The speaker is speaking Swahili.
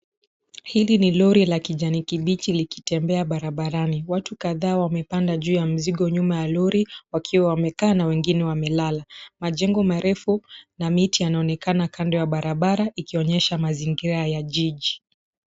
Hili ni lori la kijani kibichi likitembea barabarani. Watu kadhaa wamepanda juu ya mzigo nyuma ya lori wakiwa wamekaa na wengine wamelala. Majengo marefu na miti yanaonekana kando ya barabara ikionyesha mazingira ya jiji.